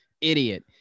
idiot